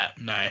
No